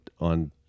on